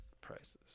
prices